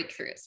breakthroughs